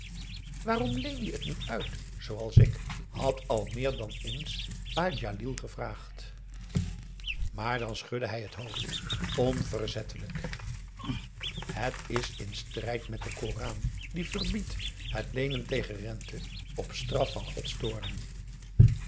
waarom leen je het niet uit zooals ik had al meer dan eens pa djalil gevraagd maar dan schudde hij het hoofd onverzettelijk het is in strijd met den koran die verbiedt het leenen tegen rente op straf van gods toorn